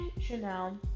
Chanel